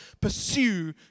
Pursue